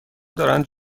دارند